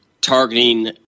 targeting